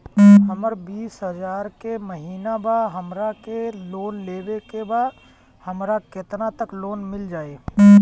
हमर बिस हजार के महिना बा हमरा के लोन लेबे के बा हमरा केतना तक लोन मिल जाई?